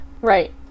right